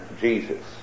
Jesus